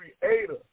creator